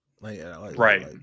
Right